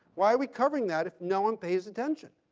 why are we covering that if no one pays attention?